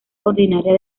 ordinaria